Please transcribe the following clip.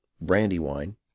Brandywine